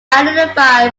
identify